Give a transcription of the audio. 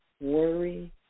worry